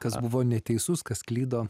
kas buvo neteisus kas klydo